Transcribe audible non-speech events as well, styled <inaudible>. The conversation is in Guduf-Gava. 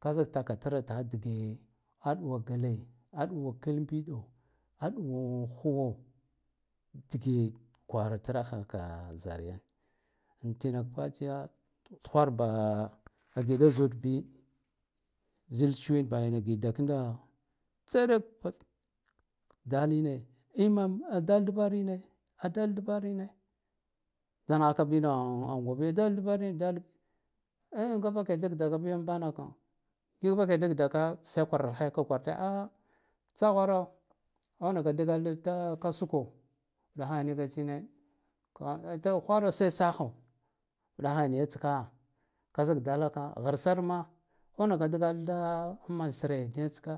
Ka zik takatra takaha dige aɗuwa gle, aɗuwa kalmɓido aɗuwan khuwo, dige kwara traha ka zara yan an tinak fatsiya kwarba an giɗaz ud bi zir shuwen baha kiɗada kando tserako <hesitation> daline in ma adal dvarine adal dverine da nghaka bina angwabi adal dvarine dan an nga vake dakdaka biya anvanaka da kink vake dik da ka sar kwarar heka kwara kwar tsagwaro aunaka da dgal da kasuko uɗahe nka tsine ka to ghwara sai sakho uɗahe niyatska ka zik dalaka ghrsarma aunaka dgal da man thre niyatska